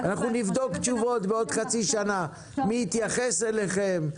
אנחנו נבדוק תשובות בעוד חצי שנה מי התייחס אליכם,